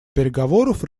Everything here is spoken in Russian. переговоров